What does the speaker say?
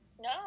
No